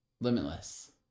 Limitless